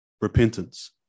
repentance